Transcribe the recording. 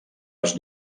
les